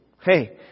Hey